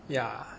yeah